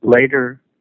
later